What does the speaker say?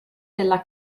della